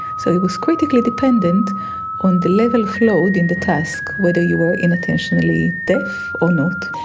so it was critically dependent on the level of load in the task, whether you were inattentionally deaf or not.